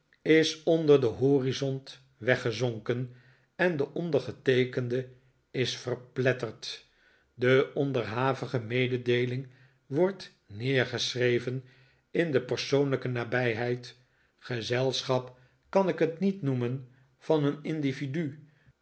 is onder den horizont weggezonken en de ondergeteekende is verpletterd de onderhavige mededeeling wordt neergeschreven in de persoonlijke nabfjheid gezelschap kan ik het niet noemen van een individu